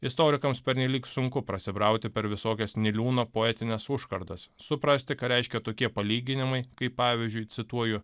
istorikams pernelyg sunku prasibrauti per visokias niliūno poetines užkardas suprasti ką reiškia tokie palyginimai kaip pavyzdžiui cituoju